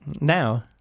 now